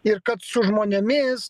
ir kad su žmonėmis